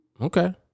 okay